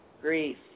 grief